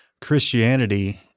Christianity